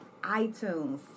iTunes